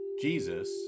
Jesus